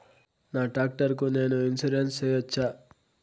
నా టాక్టర్ కు నేను ఇన్సూరెన్సు సేయొచ్చా?